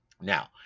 now